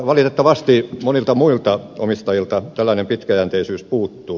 valitettavasti monilta muilta omistajilta tällainen pitkäjänteisyys puuttuu